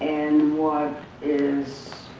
and what is